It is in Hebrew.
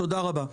תודה רבה.